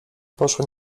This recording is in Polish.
poszła